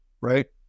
right